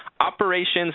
Operations